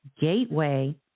gateway